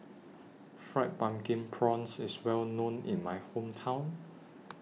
Fried Pumpkin Prawns IS Well known in My Hometown